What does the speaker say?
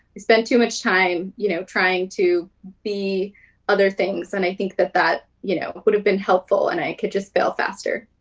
you spend too much time you know trying to be other things. and i think that that you know would have been helpful and i could just fail faster.